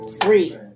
Three